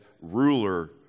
ruler